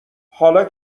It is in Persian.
حالا